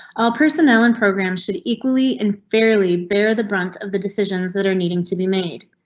all personnel in program should equally and fairly bear the brunt of the decisions that are needing to be made.